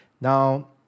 Now